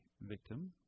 victim